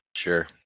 Sure